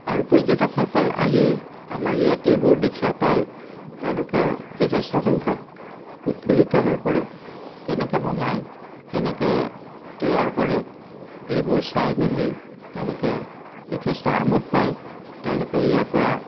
আৰু পৰ্যটকসকল আহি আমাৰ ইয়াত এইবোৰ দেখা পাই তেওঁলোকে যথেষ্ট সংখ্যক উৎফুল্লিত হৈ পৰে কেনেকৈ বনায় কেনেকৈ তৈয়াৰ কৰে এইবোৰ চাই মেলি তেওঁলোকে যথেষ্ট আমোদ পায় তেওঁলোকে ইয়াৰপৰা